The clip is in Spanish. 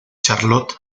charlotte